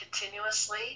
continuously